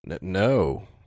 no